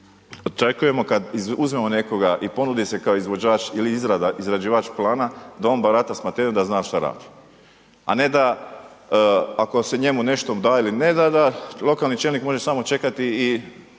očekujemo kad uzmemo nekoga i ponudi se kao izvođač ili izrađivač plana da on barata s materijom, da zna šta radi, a ne da ako se njemu nešto da ili ne da, da lokalni čelnik može samo čekati i